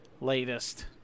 latest